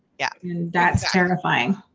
yeah. and that's terrifying.